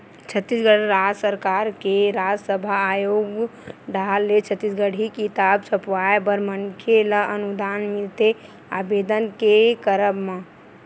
छत्तीसगढ़ राज सरकार के राजभासा आयोग डाहर ले छत्तीसगढ़ी किताब छपवाय बर मनखे ल अनुदान मिलथे आबेदन के करब म